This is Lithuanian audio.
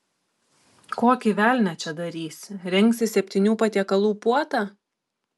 kokį velnią čia darysi rengsi septynių patiekalų puotą